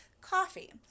coffee